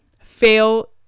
fail